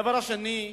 הדבר השני,